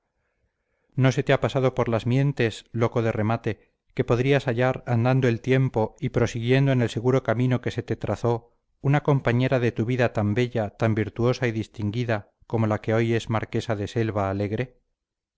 no se te ha pasado por las mientes loco de remate que podrías hallar andando el tiempo y prosiguiendo en el seguro camino que se te trazó una compañera de tu vida tan bella tan virtuosa y distinguida como la que hoy es marquesa de